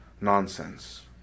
nonsense